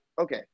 okay